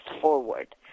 forward